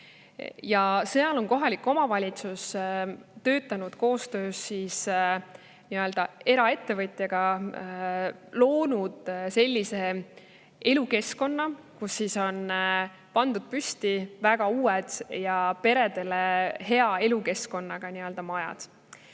Seal on kohalik omavalitsus loonud koostöös eraettevõtjaga sellise elu[piirkonna], kus on pandud püsti väga uued ja peredele hea elukeskkonnaga majad.